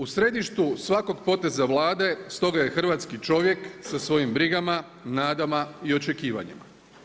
U središtu svakog poteza Vlade, stoga je hrvatski čovjek, sa svojim brigama, nadama i očekivanjima.